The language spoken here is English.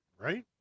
Right